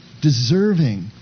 deserving